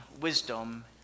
wisdom